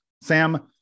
Sam